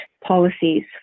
policies